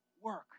work